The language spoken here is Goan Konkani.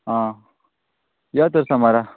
आं यो तर सोमारा